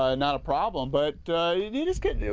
ah not a problem but it is getting, yeah